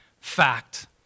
fact